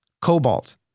cobalt